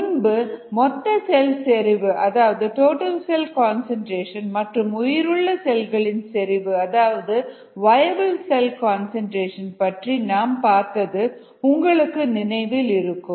முன்பு மொத்த செல் செறிவு அதாவது டோட்டல் செல் கன்சன்ட்ரேஷன் மற்றும் உயிருள்ள செல்களின் செறிவு அதாவது வயபிள் செல் கன்சன்ட்ரேஷன் பற்றி நாம் பார்த்தது உங்களுக்கு நினைவில் இருக்கும்